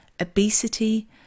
obesity